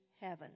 heaven